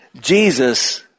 Jesus